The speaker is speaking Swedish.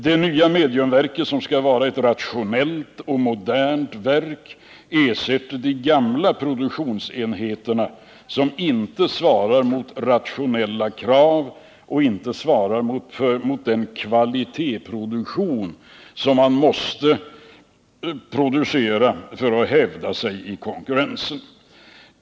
Det nya mediumverket, som skall vara ett rationellt och modernt verk, ersätter de gamla produktionsenheterna, som inte svarar mot rationella krav och den kvalitetsproduktion som krävs för att kunna hävda sig i konkurrensen.